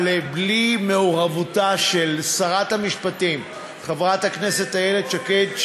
אבל בלי מעורבותה של שרת המשפטים חברת הכנסת איילת שקד,